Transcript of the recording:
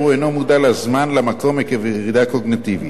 הוא אינו מודע לזמן ולמקום עקב ירידה קוגניטיבית.